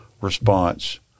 response